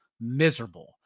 miserable